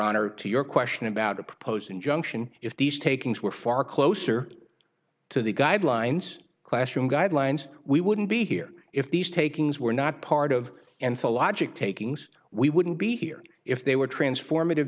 honor to your question about a proposed injunction if these takings were far closer to the guidelines classroom guidelines we wouldn't be here if these takings were not part of and full logic takings we wouldn't be here if they were transformative